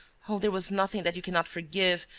oh, there was nothing that you cannot forgive.